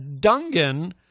Dungan